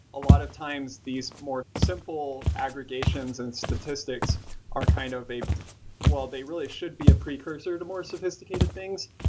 a lot of times, these more simple aggregations and statistics are kind of a well, they really should be a precursor to more sophisticated things,